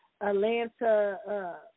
Atlanta